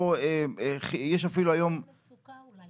כמו לחצן מצוקה אולי,